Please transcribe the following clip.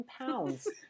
pounds